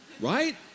right